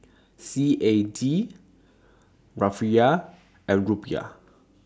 C A D Rufiyaa and Rupiah